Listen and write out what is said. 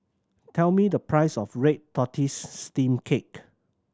tell me the price of red tortoise steamed cake